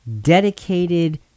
dedicated